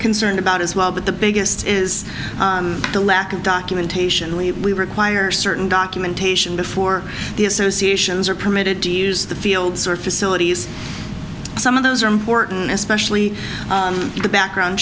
concerned about as well but the biggest is the lack of documentation we require certain documentation before the associations are permitted to use the fields or facilities some of those are important especially the background